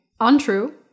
Untrue